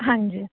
ਹਾਂਜੀ